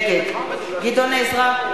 נגד גדעון עזרא,